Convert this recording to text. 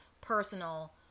personal